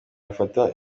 bafata